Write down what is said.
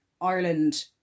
Ireland